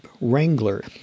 Wrangler